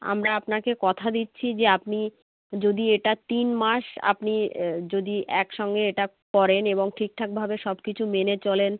আমরা আপনাকে কথা দিচ্ছি যে আপনি যদি এটা তিন মাস আপনি যদি একসঙ্গে এটা করেন এবং ঠিকঠাকভাবে সব কিছু মেনে চলেন